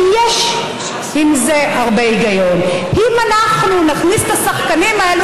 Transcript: ויש בזה הרבה היגיון: אם אנחנו נכניס את השחקנים האלה,